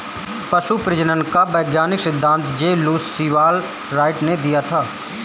पशु प्रजनन का वैज्ञानिक सिद्धांत जे लुश सीवाल राइट ने दिया था